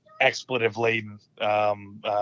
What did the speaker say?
expletive-laden